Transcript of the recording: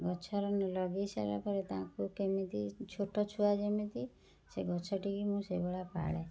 ଗଛ ଲଗାଇ ସାରିଲା ପରେ ତାଙ୍କୁ କେମିତି ଛୋଟ ଛୁଆ ଯେମିତି ସେ ଗଛଟି ମୁଁ ସେହିଭଳିଆ ପାଳେ